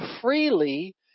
freely